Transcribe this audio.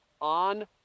on